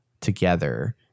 together